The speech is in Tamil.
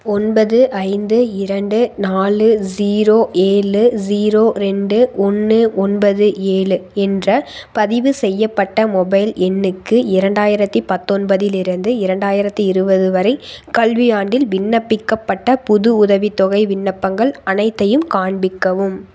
ஒன்பது ஐந்து இரண்டு நாலு ஜீரோ ஏழு ஜீரோ ரெண்டு ஒன்று ஒன்பது ஏழு என்ற பதிவு செய்யப்பட்ட மொபைல் எண்ணுக்கு இரண்டாயிரத்தி பத்தொன்பதில் இருந்து இரண்டாயிரத்தி இருபது வரை கல்வியாண்டில் விண்ணப்பிக்கப்பட்ட புது உதவித்தொகை விண்ணப்பங்கள் அனைத்தையும் காண்பிக்கவும்